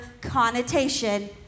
connotation